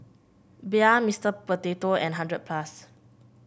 Bia Mister Potato and hundred plus